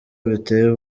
biteye